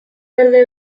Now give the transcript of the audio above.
berde